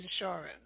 insurance